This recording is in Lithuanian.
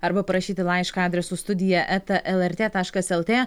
arba parašyti laišką adresu studija eta lrt taškas lt